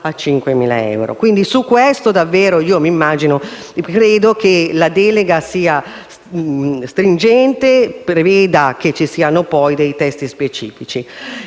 euro. Su questo davvero credo che la delega sia stringente e preveda che ci siano poi dei testi specifici.